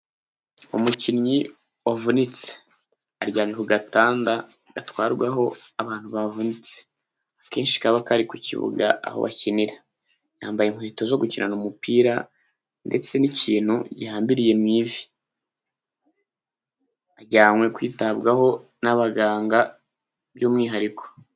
Umukinnyi wavunitse aryamye ku gatanda gatwarwaho abantu bavunitse, akenshi kaba kari ku kibuga aho bakinira, yambaye inkweto zo gukinana umupira, ndetse n'ikintu gihambiriye mu ivi, ajyanwe kwitabwa n'abaganga by'umwihariko.